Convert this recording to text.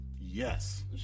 yes